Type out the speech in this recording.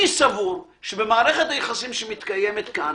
אני סבור, שבמערכת היחסים שמתקיימת כאן